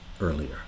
earlier